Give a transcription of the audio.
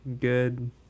good